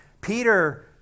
Peter